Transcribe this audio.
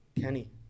Kenny